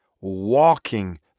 walking